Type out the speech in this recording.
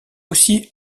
aussi